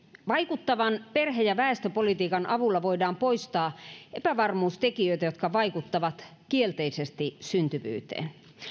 vaikuttavan perhe ja väestöpolitiikan avulla voidaan poistaa epävarmuustekijöitä jotka vaikuttavat kielteisesti syntyvyyteen